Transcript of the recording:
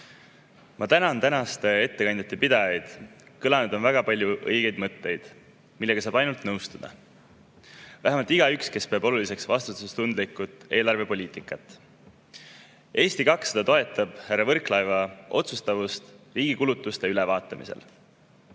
Ma tänan tänaseid ettekandjaid. Kõlanud on väga palju õigeid mõtteid, millega saab ainult nõustuda – vähemalt igaüks, kes peab oluliseks vastutustundlikku eelarvepoliitikat. Eesti 200 toetab härra Võrklaeva otsustavust riigi kulutuste ülevaatamisel.